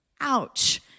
ouch